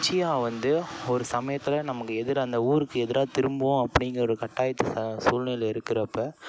Uchiha வந்து ஒரு சமயத்தில் நமக்கு எதிர் அந்த ஊருக்கு எதிராக திரும்பும் அப்படிங்கிற ஒரு கட்டாயத்துக்காக சூழ்நிலையில் இருக்கிறப்ப